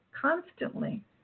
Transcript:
constantly